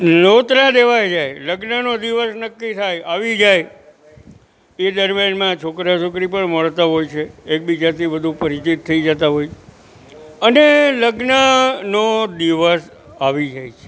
નોંતરા દેવાય જાય લગ્નનો દિવસ નક્કી થાય આવી જાય એ દરમિયાનમાં જ છોકરા છોકરી પણ મળતાં હોય છે એકબીજાથી વધુ પરિચિત થઈ જતાં હોય અને લગ્નનો દિવસ આવી જાય છે